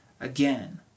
again